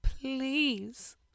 please